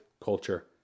culture